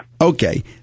Okay